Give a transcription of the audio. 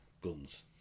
Guns